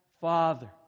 Father